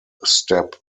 step